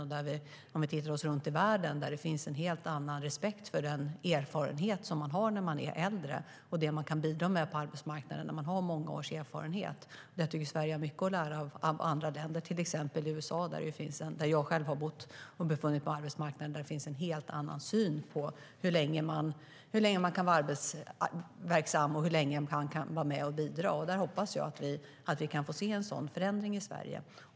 Om vi ser oss om i världen ser vi att där finns en helt annan respekt för den erfarenhet man har som äldre, för det man kan bidra med på arbetsmarknaden när man har många års erfarenhet. Sverige har mycket att lära av andra länder, till exempel av USA. Jag har själv bott i och befunnit mig på arbetsmarknaden i USA, och där finns en helt annan syn på hur länge man kan vara arbetsverksam och vara med och bidra. Jag hoppas att vi får se en förändring i Sverige.